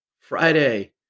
Friday